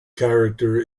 character